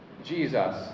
Jesus